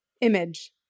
Image